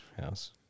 house